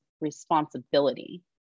responsibility